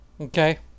Okay